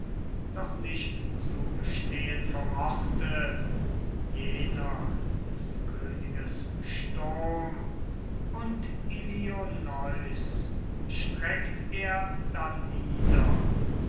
doch nicht zu bestehen vermochte jener des königes sturm und ilioneus streckt er